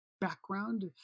background